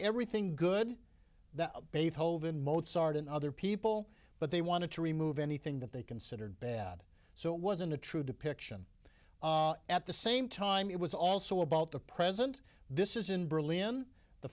that beethoven mozart and other people but they want to remove anything that they considered bad so it wasn't a true depiction at the same time it was also about the present this is in berlin the